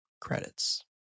credits